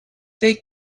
they